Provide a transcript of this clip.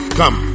come